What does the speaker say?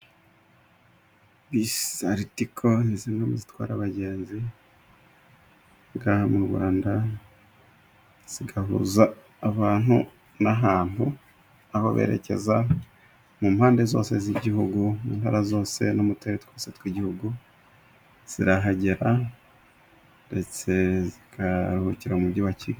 Bisi za Ritiko ni zimwe muzitwara abagenzi aha ngaha mu Rwanda, zigahuza abantu n'ahantu, aho berekeza mu mpande zose z'Igihugu, mu ntara zose no mu turere twose tw'Igihugu zirahagera, ndetse zikaruhukira mu mujyi wa Kigali.